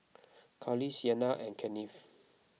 Carly Sienna and Kennith